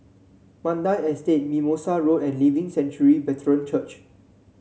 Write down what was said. Mandai Estate Mimosa Road and Living Sanctuary Brethren Church